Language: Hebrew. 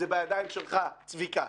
זה בידיים שלך, צביקה.